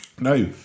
No